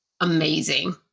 amazing